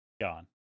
Gone